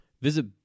Visit